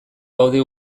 gaude